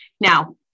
Now